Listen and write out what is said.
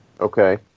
okay